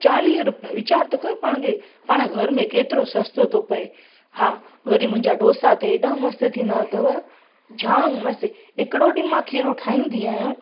चालीह रूपया वीचार त कयो पाण खे पाणि घर में केतिरो सस्तो थो पिए हा वरी मुंहिंजा डोसा त हेॾा मस्तु थींदा अथव जाम मस्तु हिकिड़ो ॾींहं मां खीरो ठाहींदी आहियां